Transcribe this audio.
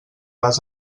les